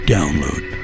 Download